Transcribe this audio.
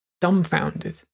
dumbfounded